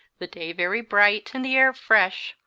the day very bright and the air fresh,